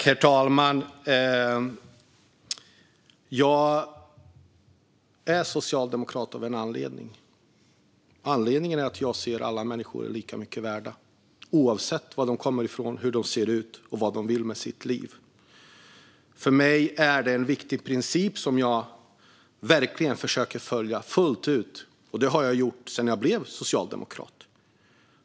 Herr talman! Jag är socialdemokrat av en anledning. Anledningen är att jag ser alla människor som lika mycket värda, oavsett var de kommer ifrån, hur de ser ut och vad de vill med sina liv. För mig är det en viktig princip som jag verkligen försöker följa fullt ut, och det har jag gjort sedan jag blev socialdemokrat.